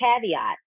caveat